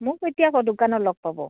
মোক এতিয়া আকৌ দোকানত লগ পাব